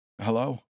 Hello